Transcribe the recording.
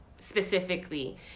specifically